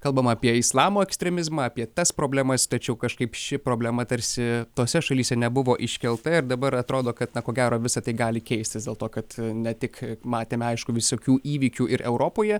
kalbama apie islamo ekstremizmą apie tas problemas tačiau kažkaip ši problema tarsi tose šalyse nebuvo iškelta ir dabar atrodo kad ko gero visa tai gali keistis dėl to kad ne tik matėme aišku visokių įvykių ir europoje